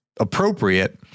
Appropriate